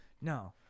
No